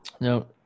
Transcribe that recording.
Now